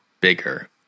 bigger